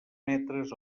metres